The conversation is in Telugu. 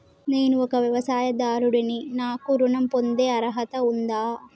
నేను ఒక వ్యవసాయదారుడిని నాకు ఋణం పొందే అర్హత ఉందా?